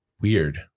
weird